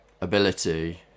ability